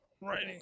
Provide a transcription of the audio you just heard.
right